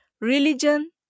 religion